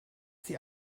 sie